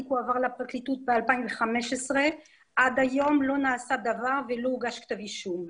התיק הועבר לפרקליטות ב-2015 ועד היום לא נעשה דבר ולא הוגש כתב אישום.